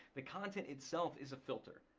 the content itself is a filter.